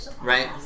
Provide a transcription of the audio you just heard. right